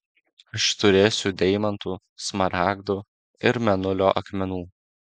aš turėsiu deimantų smaragdų ir mėnulio akmenų